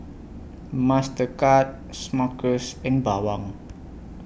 Mastercard Smuckers and Bawang